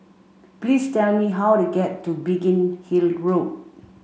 please tell me how to get to Biggin Hill Road